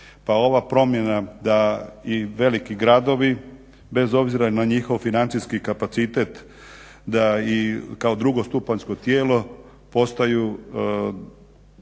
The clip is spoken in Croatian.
Pa ova promjena da i veliki gradovi, bez obzira na njihov financijski kapacitet, da i kao drugostupanjsko tijelo postaju